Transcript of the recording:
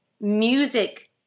music